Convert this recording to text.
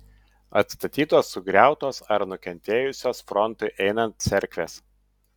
atstatytos sugriautos ar nukentėjusios frontui einant cerkvės